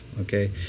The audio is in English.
okay